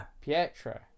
Pietro